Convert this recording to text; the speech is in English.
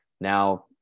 now